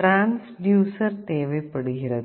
transducer தேவைப்படுகிறது